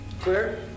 Clear